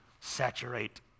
saturate